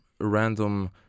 random